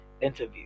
interview